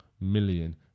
million